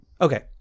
Okay